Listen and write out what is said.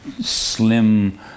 slim